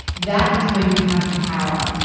that is when you have the power.